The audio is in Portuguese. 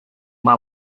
uma